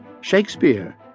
Shakespeare